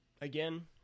again